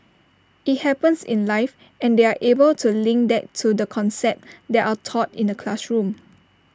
IT happens in life and they are able to link that to the concepts that are taught in the classroom